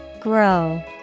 Grow